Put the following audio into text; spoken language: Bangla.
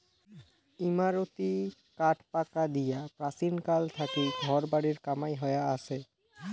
ইমারতী কাঠপাটা দিয়া প্রাচীনকাল থাকি ঘর বাড়ির কামাই হয়া আচে